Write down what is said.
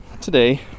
today